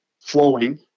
flowing